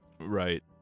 Right